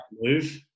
move